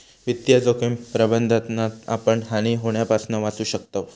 वित्तीय जोखिम प्रबंधनातना आपण हानी होण्यापासना वाचू शकताव